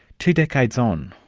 two decades on,